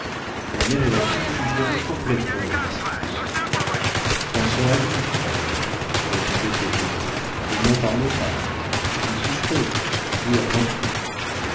la mère et la fille ignoraient complétement les distances pensons à lui ma mère répondait eugénie et n'en parlons pas vous souffrez vous avant tout